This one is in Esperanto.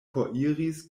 foriris